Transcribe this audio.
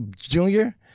junior